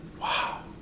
Wow